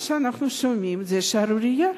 מה שאנחנו שומעים זה שערורייה.